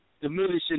diminishing